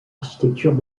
architecture